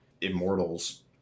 Immortals